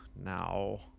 now